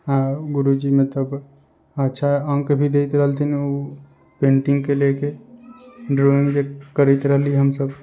आ गुरुजी मतलब अच्छा अंक भी दैत रहलथिन ओ पेंटिंग के लेके ड्रॉइंग करैत रहली हमसब